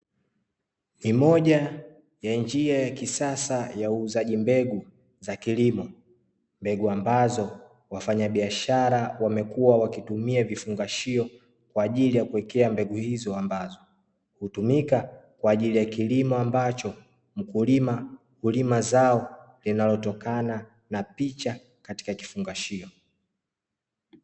Ni moja ya njia ya kisasa ya uuzaji mbegu za kilimo, mbegu ambazo wafanyabiashara wamekuwa wakitumia vifungashio kwa ajili ya kuwekea mbegu hizo ambazo hutumika kwa ajili ya kilimo, ambacho mkulima hulima zao linalotokana na picha katika kifungashio.